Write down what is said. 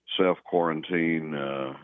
self-quarantine